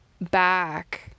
back